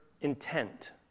intent